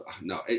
No